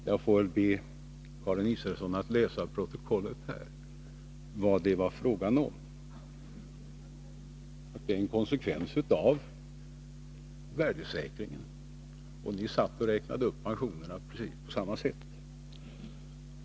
Jag får väl be Karin Israelsson att läsa protokollet, så hon får se vad det var fråga om — att det är en konsekvens av värdesäkringen. Ni räknade upp pensionerna precis på samma sätt.